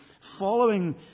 following